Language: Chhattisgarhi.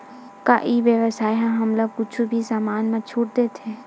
का ई व्यवसाय ह हमला कुछु भी समान मा छुट देथे?